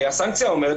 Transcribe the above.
הסנקציה אומרת,